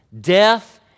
death